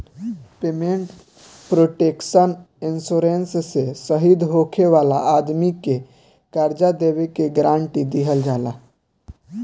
payment protection insurance से शहीद होखे वाला आदमी के कर्जा देबे के गारंटी दीहल जाला